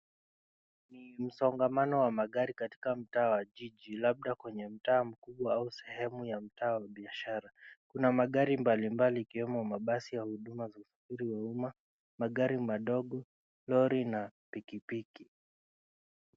Msongamano wa magari katika mtaa wa jiji labda kwenye mtaa mkubwa au sehemu ya mtaa wa biashara. Kuna magari mbalimbali ikiwemo mabasi ya huduma ya usafiri ya umma, magari madogo, lori na pikipiki.